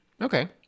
Okay